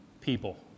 people